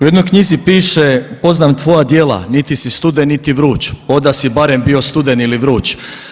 U jednoj knjizi piše poznam tvoja djela, niti si studen, niti vruć, o da si barem bio studen ili vruć.